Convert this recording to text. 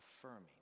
affirming